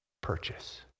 purchase